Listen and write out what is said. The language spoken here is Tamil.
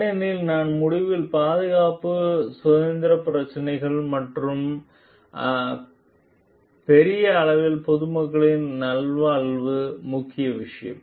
ஏனெனில் நாள் முடிவில் பாதுகாப்பு சுகாதார பிரச்சினைகள் மற்றும் பெரிய அளவில் பொதுமக்களின் நல்வாழ்வு முக்கிய விஷயம்